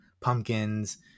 pumpkins